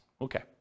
Okay